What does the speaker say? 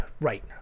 Right